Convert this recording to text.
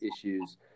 issues